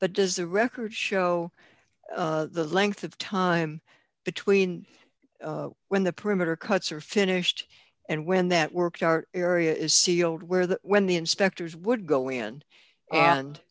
but does the record show the length of time between when the perimeter cuts are finished and when that works our area is sealed where the when the inspectors would go in and